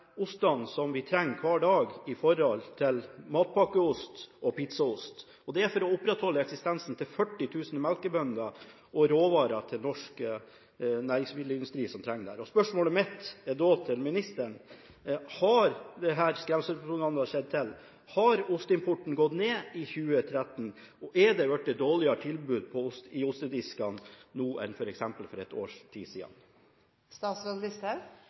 som vi trenger hver dag, som matpakkeost og pizzaost – dette for å opprettholde eksistensen til 40 000 melkebønder og ha råvarer til norsk næringsmiddelindustri, som trenger dem. Spørsmålet mitt til ministeren er da: Har denne skremselspropagandaen vi har sett, ført til at osteimporten har gått ned i 2013, og har det blitt dårligere tilbud av ost i ostediskene nå enn for f.eks. et års tid